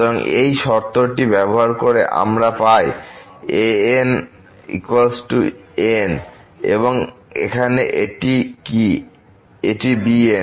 সুতরাং এই শর্তটি ব্যবহার করে আমরা পাই a'nn এবং এখানে এটি কি এটি bn